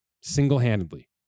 single-handedly